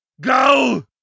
Go